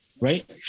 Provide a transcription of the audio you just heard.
Right